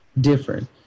different